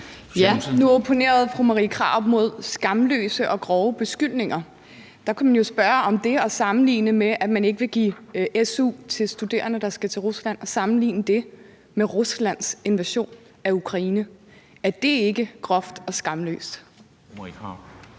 (S): Nu opponerede fru Marie Krarup mod skamløse og grove beskyldninger. Der kunne man jo spørge, om det at sammenligne det, at man ikke vil give su til studerende, der skal til Rusland, med Ruslands invasion af Ukraine ikke er groft og skamløst.